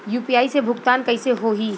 UPI से भुगतान कइसे होहीं?